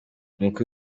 umukuru